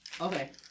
Okay